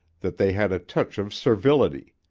that they had a touch of servility.